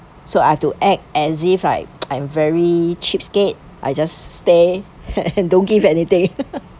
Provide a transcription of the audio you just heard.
so I have to act as if like I'm very cheapskate I just stayed and didn't give anything